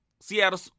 Seattle